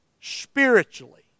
spiritually